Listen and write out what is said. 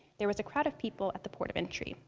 there was a crowd of people at the port of entry.